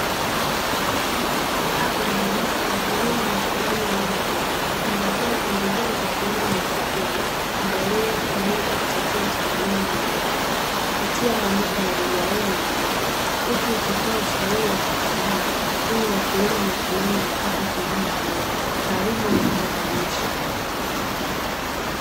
Agrovet Wakulima Mashinani Limitedi inatoa pembejeo za kilimo na mifugo, mbolea, mbegu, chakula cha wanyama huku ikitoa ushauri wa kitaalam ili wakulima mashinani wapate huduma bora, karibu, na kwa ufanisi.